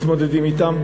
מתמודדים אתן.